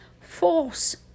force